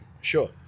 Sure